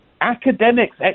academics